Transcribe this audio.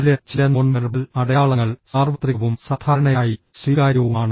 നാല് ചില non verbal അടയാളങ്ങൾ സാർവത്രികവും സാധാരണയായി സ്വീകാര്യവുമാണ്